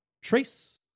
Trace